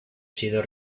sido